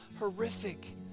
horrific